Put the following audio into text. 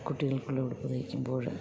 കുട്ടികൾക്കുള്ള ഉടുപ്പ് തയ്ക്കുമ്പോൾ